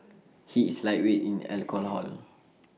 he is lightweight in alcohol